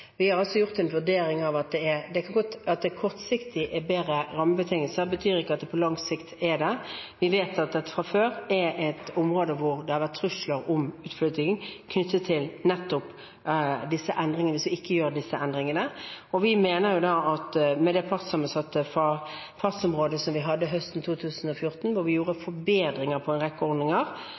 Vi har altså gjort en vurdering – at det kortsiktig er bedre rammebetingelser, betyr ikke at det er det på lang sikt. Vi vet at det fra før er et område der det har vært trusler om utflytting nettopp hvis vi ikke gjør disse endringene. Vi mener at med det partsammensatte fartsområdeutvalget som vi hadde fra 2014, hvor vi ville gjøre forbedringer på en rekke ordninger,